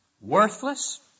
Worthless